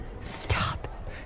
stop